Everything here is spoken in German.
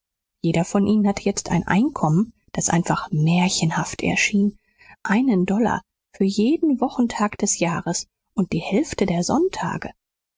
jeder von ihnen hatte jetzt ein einkommen das einfach märchenhaft erschien einen dollar für jeden wochentag des jahres und die hälfte der sonntage